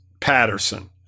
Patterson